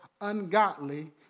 ungodly